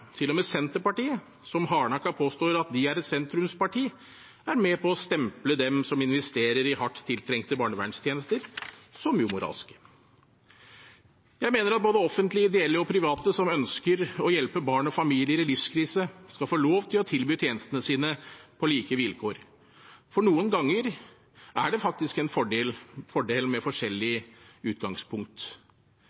med Senterpartiet, som hardnakket påstår at de er et sentrumsparti, er med på å stemple dem som investerer i hardt tiltrengte barnevernstjenester, som umoralske. Jeg mener at både offentlige, ideelle og private som ønsker å hjelpe barn og familier i livskrise, skal få lov til å tilby tjenestene sine på like vilkår. For noen ganger er det faktisk en fordel med forskjellig